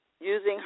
using